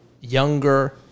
younger